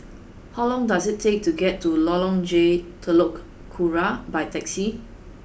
how long does it take to get to Lorong J Telok Kurau by taxi